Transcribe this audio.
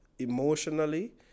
Emotionally